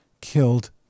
killed